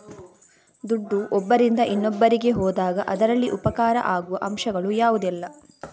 ದುಡ್ಡು ಒಬ್ಬರಿಂದ ಇನ್ನೊಬ್ಬರಿಗೆ ಹೋದಾಗ ಅದರಲ್ಲಿ ಉಪಕಾರ ಆಗುವ ಅಂಶಗಳು ಯಾವುದೆಲ್ಲ?